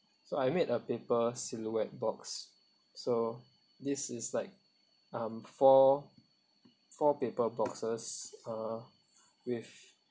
so I made a paper silhouette box so this is like um four four paper boxes uh with